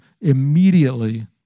immediately